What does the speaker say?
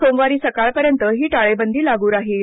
सोमवारी सकाळपर्यंत ही टाळेबंदी लागू राहील